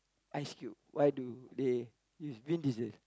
ask you why do they is Vin-Diesel